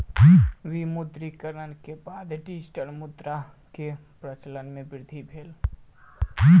विमुद्रीकरण के बाद डिजिटल मुद्रा के प्रचलन मे वृद्धि भेल